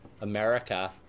America